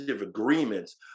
agreements